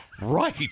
Right